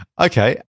Okay